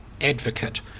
advocate